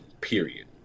period